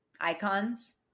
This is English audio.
icons